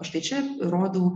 o štai čia rodau